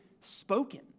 spoken